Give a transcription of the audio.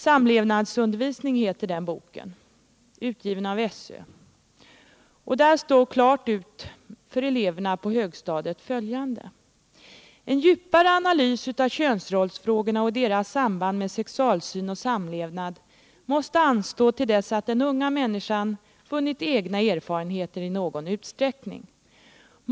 Samlevnadsundervisning heter boken, och där står klart uttalat för eleverna på högstadiet följande: ”En djupare analys av könsrollsfrågorna och deras samband med sexualsyn och samlevnad måste anstå till dess att den unga människan vunnit egna erfarenheter i någon utsträckning.